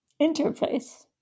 interface